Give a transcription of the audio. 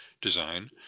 design